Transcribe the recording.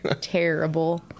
Terrible